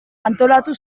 antolatu